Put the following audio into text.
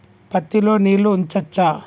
పత్తి లో నీళ్లు ఉంచచ్చా?